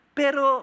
pero